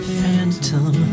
phantom